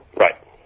Right